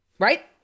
Right